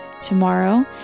tomorrow